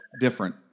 different